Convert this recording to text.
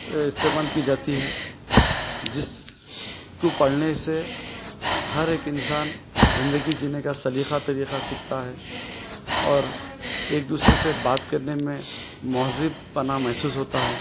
استعمال کی جاتی ہے جس کو پڑھنے سے ہر ایک انسان زندگی جینے کا سلیقہ طریقہ سیکھتا ہے اور ایک دوسرے سے بات کرنے میں مہذب پنا محسوس ہوتا ہے